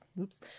oops